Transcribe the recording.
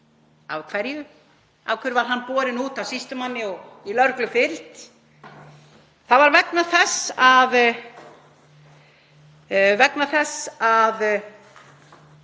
Af hverju var hann borinn út af sýslumanni og í lögreglufylgd? Það var vegna þess að